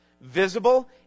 visible